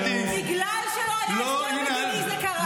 בגלל שלא היה הסדר מדיני זה קרה,